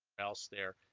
else there